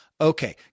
okay